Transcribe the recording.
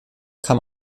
kam